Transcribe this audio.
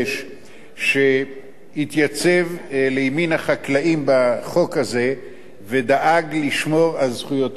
שהתייצב לימין החקלאים בחוק הזה ודאג לשמור על זכויותיהם באופן כזה